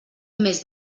més